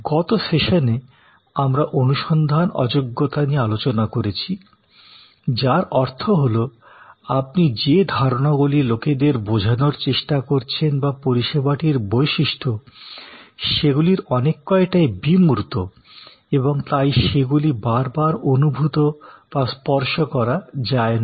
গত সেশনেআমরা অনুসন্ধান অযোগ্যতা নিয়ে আলোচনা করেছি যার অর্থ হল আপনি যে ধারণাগুলি লোকেদের বোঝানোর চেষ্টা করছেন বা পরিষেবাটির বৈশিষ্ট্য সেগুলির অনেক কয়টাই বিমূর্ত এবং তাই সেগুলি বারবার অনুভূত বা স্পর্শ করা যায় না